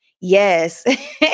Yes